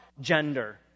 gender